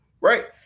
right